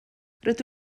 rydw